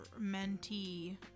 mentee